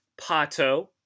Pato